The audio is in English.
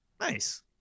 Nice